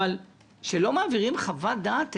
אבל שלא מעבירים חוות דעת אלינו?